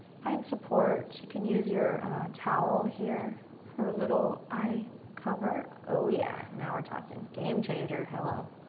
find support, you can use your towel here for a little eye cover. oh yeah, now we're talkin'. game changer, hello.